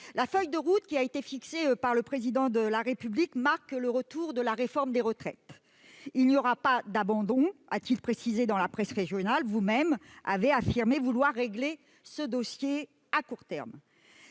La feuille de route fixée par le Président de la République marque le retour de la réforme des retraites. « Il n'y aura pas d'abandon », a-t-il précisé dans la presse régionale. Vous-même avez affirmé vouloir régler ce dossier à court terme.